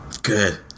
good